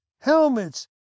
helmets